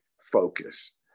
focus